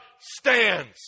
stands